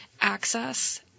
Access